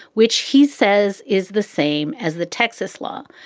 which he says is the same as the texas law.